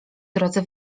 drodze